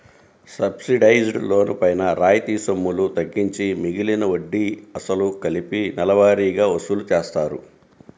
subsidised loan పైన రాయితీ సొమ్ములు తగ్గించి మిగిలిన వడ్డీ, అసలు కలిపి నెలవారీగా వసూలు చేస్తారు